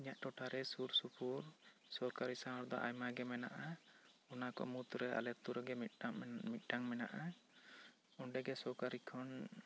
ᱤᱧᱟᱹᱜ ᱴᱚᱴᱷᱟ ᱨᱮ ᱥᱩᱨ ᱥᱩᱯᱩᱨ ᱥᱚᱨᱠᱟᱨᱤ ᱥᱟᱶᱟᱨ ᱫᱚ ᱟᱭᱢᱟ ᱜᱮ ᱢᱮᱱᱟᱜᱼᱟ ᱚᱱᱟ ᱠᱚ ᱢᱩᱫᱽᱨᱮ ᱟᱞᱮ ᱟᱛᱳ ᱨᱮ ᱢᱤᱫ ᱴᱟᱱ ᱢᱮᱱᱟᱜᱼᱟ ᱚᱸᱰᱮ ᱜᱮ ᱥᱚᱨᱠᱟᱨᱤ ᱠᱷᱚᱱ